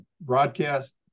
broadcast